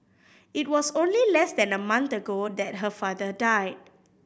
it was only less than a month ago that her father died